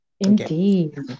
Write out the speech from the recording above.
Indeed